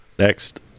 next